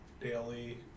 daily